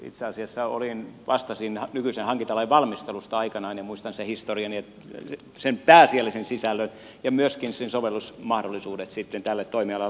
itse asiassa vastasin nykyisen hankintalain valmistelusta aikanaan ja muistan sen pääasiallisen sisällön ja myöskin sen sovellusmahdollisuudet sitten tälle toimialalle